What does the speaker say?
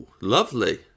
lovely